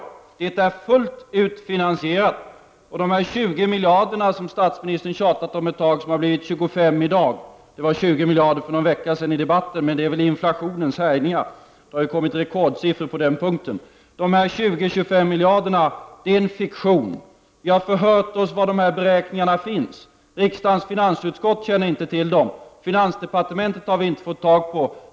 Alternativet är fullt ut finansierat. Statsministern har nu ett tag tjatat om de 20 miljarderna. Det var i debatten för någon vecka sedan fråga om 20 miljarder, men det har blivit 25 miljarder i dag. Det är väl ett resultat av inflationens härjningar; det har ju kommit fram rekordsiffror på den punkten. Dessa 20 miljarder eller 25 miljarder är en fiktion. Vi har förhört oss om var dessa beräkningar finns. Riksdagens finansutskott känner inte till dem, och vi har inte kunnat nå representanter för finansdepartementet.